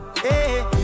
Hey